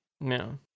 No